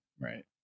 Right